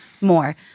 more